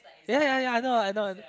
ya ya ya I know I know I know